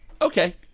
Okay